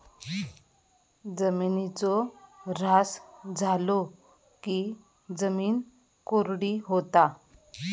जिमिनीचो ऱ्हास झालो की जिमीन कोरडी होता